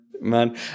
Man